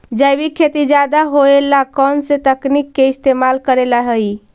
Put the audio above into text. जैविक खेती ज्यादा होये ला कौन से तकनीक के इस्तेमाल करेला हई?